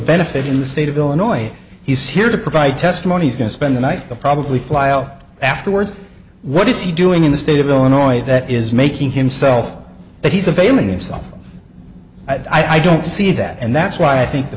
benefit in the state of illinois he's here to provide testimony is going to spend the night probably fly out afterwards what is he doing in the state of illinois that is making himself but he's availing himself i don't see that and that's why i think the